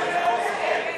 מתנגדים.